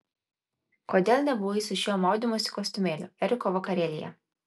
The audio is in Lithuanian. kodėl nebuvai su šiuo maudymosi kostiumėliu eriko vakarėlyje